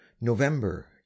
November